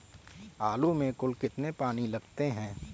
आलू में कुल कितने पानी लगते हैं?